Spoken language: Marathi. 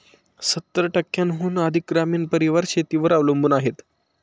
सत्तर टक्क्यांहून अधिक ग्रामीण परिवार शेतीवर अवलंबून आहेत